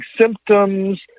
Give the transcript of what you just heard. symptoms